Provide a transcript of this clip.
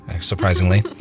surprisingly